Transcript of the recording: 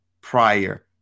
prior